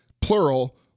plural